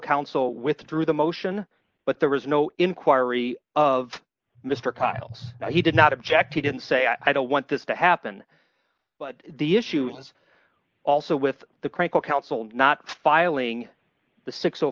counsel withdrew the motion but there was no inquiry of mr kyle he did not object he didn't say i don't want this to happen but the issue is also with the chronicle counsel not filing the six o